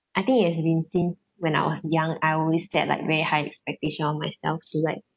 I think it has been since when I was young I always get like very high expectation of myself to like